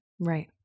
Right